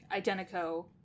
Identico